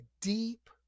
deep